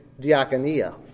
Diaconia